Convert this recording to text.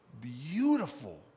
beautiful